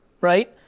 right